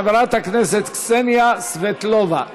חברת הכנסת קסניה סבטלובה,